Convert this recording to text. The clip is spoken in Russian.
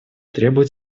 требуют